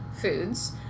foods